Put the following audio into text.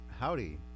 howdy